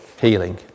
healing